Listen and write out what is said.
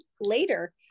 later